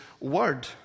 word